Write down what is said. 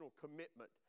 commitment